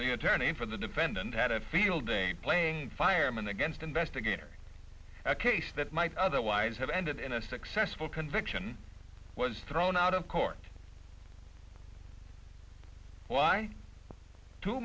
the attorney for the defendant had a field day playing fireman against investigator a case that might otherwise have ended in a successful conviction was thrown out of court why too